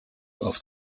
auf